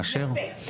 מאשר.